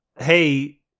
hey